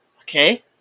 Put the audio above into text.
Okay